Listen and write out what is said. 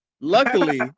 Luckily